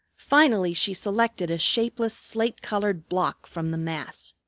finally she selected a shapeless slate-colored block from the mass.